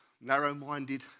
Narrow-minded